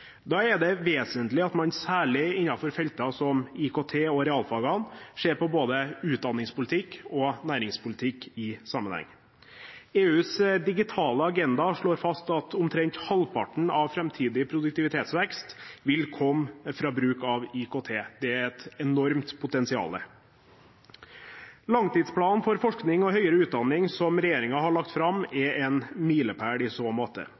Da er det vesentlig at man særlig innenfor felter som IKT og realfagene ser både utdanningspolitikk og næringspolitikk i sammenheng. EUs digitale agenda slår fast at omtrent halvparten av framtidig produktivitetsvekst vil komme fra bruk av IKT. Det er et enormt potensial. Langtidsplanen for forskning og høyere utdanning som regjeringen har lagt fram, er en milepæl i så måte.